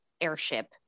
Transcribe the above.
airship